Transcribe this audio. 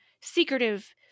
secretive